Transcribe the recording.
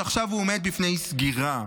שעכשיו עומד בפני סגירה.